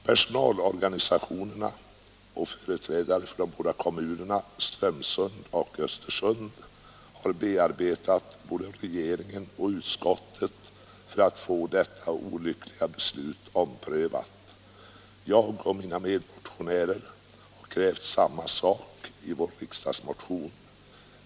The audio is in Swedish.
Personalorganisationerna och företrädare för de båda kommunerna Strömsund och Östersund har bearbetat både regeringen och utskottet för att få detta olyckliga beslut omprövat. Jag och mina medmotionärer har krävt samma sak i vår riksdagsmotion.